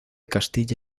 castilla